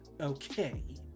Okay